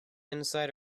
inside